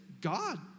God